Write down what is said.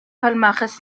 palmarès